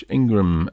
Ingram